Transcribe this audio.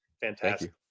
fantastic